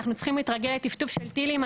אנחנו צריכים להתרגל לטפטוף של טילים,